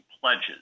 pledges